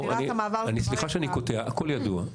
סליחה שאני קוטע, הכול ידוע.